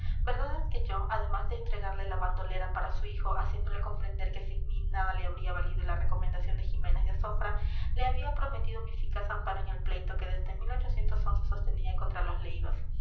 es que yo además de entregarle la bandolera para su hijo haciéndole comprender que sin mí nada le habría valido la recomendación de ximénez de azofra le había prometido mi eficaz amparo en el pleito que desde sostenía contra los leivas